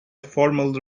formal